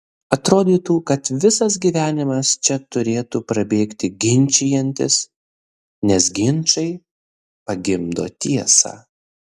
atrodytų kad visas gyvenimas čia turėtų prabėgti ginčijantis nes ginčai pagimdo tiesą